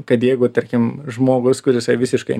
kad jeigu tarkim žmogus kurisai visiškai